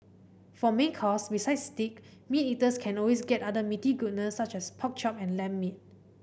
for main course besides steak meat eaters can always get other meaty goodness such as pork chop and lamb meat